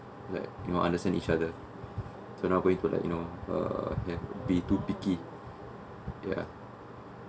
like you know understand each other so not going to like you know uh be too picky ya